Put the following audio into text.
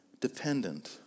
dependent